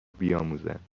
بیاموزند